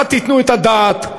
החוקיות האלה.